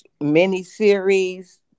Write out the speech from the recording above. mini-series